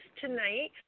tonight